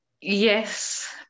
Yes